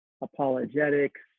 apologetics